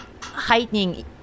heightening